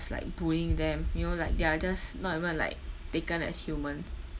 like bullying them you know like they are just not even like taken as human